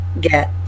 get